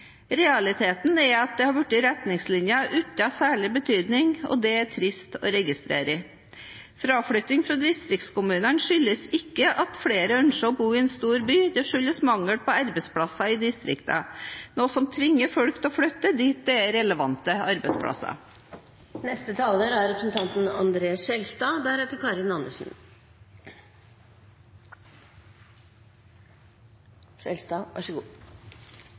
Realiteten er at det har blitt retningslinjer uten særlig betydning. Det er trist å registrere. Fraflytting fra distriktskommunene skyldes ikke at flere ønsker å bo i en stor by. Det skyldes mangel på arbeidsplasser i distriktene, noe som tvinger folk til å flytte dit det er relevante arbeidsplasser. Jeg så litt fram til denne debatten i utgangspunktet, for jeg synes interpellanten hadde en god